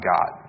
God